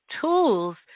tools